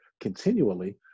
continually